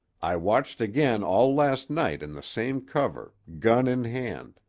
i watched again all last night in the same cover, gun in hand,